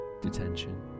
detention